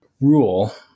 rule